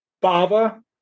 Baba